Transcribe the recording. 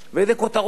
איזה תמונות,